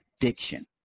addiction